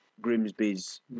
Grimsby's